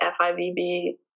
FIVB